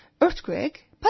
earthquake